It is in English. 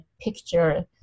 picture